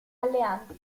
alleati